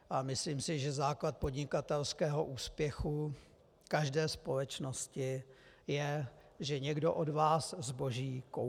A myslím si, že základ podnikatelského úspěchu každé společnosti je, že někdo od vás zboží koupí.